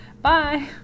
Bye